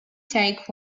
take